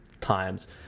times